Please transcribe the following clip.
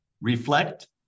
reflect